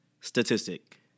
statistic